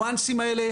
יש לנו גם דיון בכנסת,